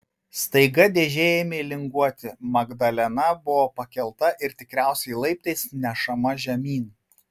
staiga dėžė ėmė linguoti magdalena buvo pakelta ir tikriausiai laiptais nešama žemyn